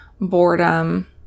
boredom